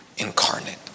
incarnate